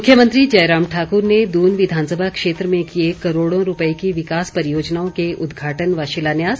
मुख्यमंत्री जयराम ठाकुर ने दून विधानसभा क्षेत्र में किए करोड़ों रूपए की विकास परियोजनाओं के उद्घाटन व शिलान्यास